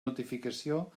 notificació